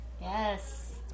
yes